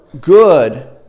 good